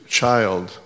child